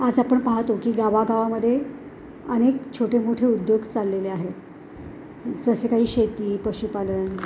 आज आपण पाहतो की गावागावामध्येअनेक छोटे मोठे उद्योग चाललेले आहेत जसे काही शेती पशुपालन